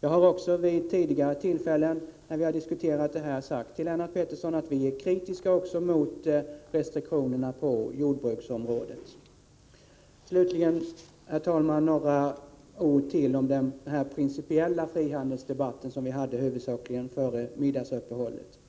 Jag har också vid tidigare tillfällen, då vi diskuterat denna fråga, sagt till Lennart Pettersson att vi är kritiska också mot restriktionerna på jordbruksområdet. Slutligen, herr talman, ytterligare några ord om den principiella frihandelsdebatt som vi hade huvudsakligen före middagsuppehållet.